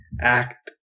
act